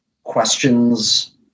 questions